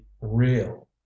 real